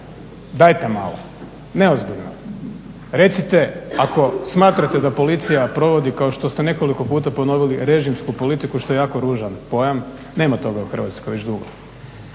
Dajte malo, neozbiljno. Recite ako smatrate da policija provodi kao što ste nekoliko ponovili puta režimsku politiku što je jako ružan pojam. Nema toga u Hrvatskoj već dugo.